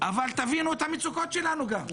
אבל תבינו גם את המצוקות שלנו.